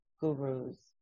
gurus